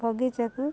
ବଗିଚାକୁ